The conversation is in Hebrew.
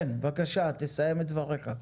כן, בבקשה, סיים את דבריך.